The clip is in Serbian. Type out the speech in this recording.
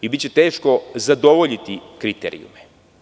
Biće teško zadovoljiti kriterijume.